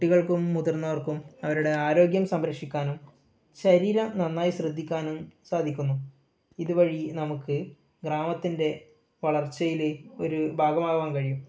കുട്ടികൾക്കും മുതിർന്നവർക്കും അവരുടെ ആരോഗ്യം സംരക്ഷിക്കാനും ശരീരം നന്നായി ശ്രദ്ധിക്കാനും സാധിക്കുന്നു ഇതുവഴി നമുക്ക് ഗ്രാമത്തിൻ്റെ വളർച്ചയിൽ ഒരു ഭാഗമാകാൻ കഴിയും